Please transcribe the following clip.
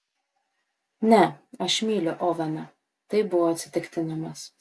ne aš myliu oveną tai buvo atsitiktinumas